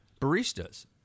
baristas